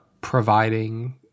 providing